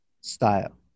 style